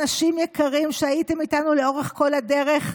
אנשים יקרים שהייתם איתנו לאורך כל הדרך,